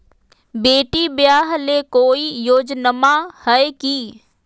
बेटी ब्याह ले कोई योजनमा हय की?